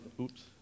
oops